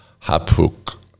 Hapuk